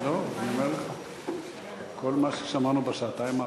לא, אני אומר לך, כל מה ששמענו בשעתיים האחרונות.